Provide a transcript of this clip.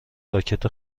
راکت